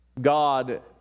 God